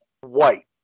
white